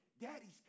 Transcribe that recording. Daddy's